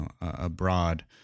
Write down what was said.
abroad